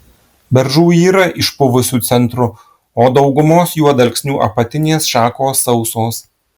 beržų yra išpuvusiu centru o daugumos juodalksnių apatinės šakos sausos